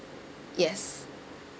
yes